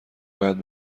باید